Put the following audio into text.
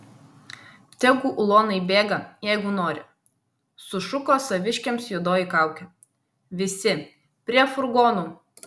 tegu ulonai bėga jeigu nori sušuko saviškiams juodoji kaukė visi prie furgonų